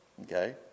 okay